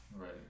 Right